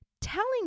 telling